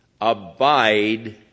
Abide